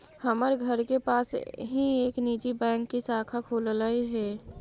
हमर घर के पास ही एक निजी बैंक की शाखा खुललई हे